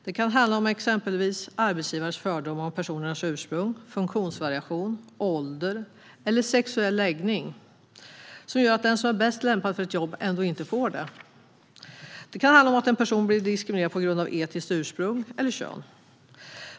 Det kan handla om exempelvis arbetsgivares fördomar om personers ursprung, funktionsvariation, ålder eller sexuell läggning som gör att den som är bäst lämpad för ett jobb inte får det. Det kan handla om att en person blir diskriminerad på grund av etniskt ursprung eller kön.